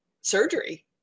surgery